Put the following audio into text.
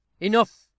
Enough